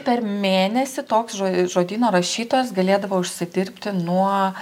per mėnesį toks žo žodyno rašytojas galėdavo užsidirbti nuo